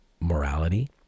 morality